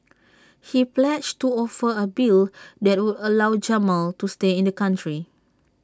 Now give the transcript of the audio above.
he pledged to offer A bill that would allow Jamal to stay in the country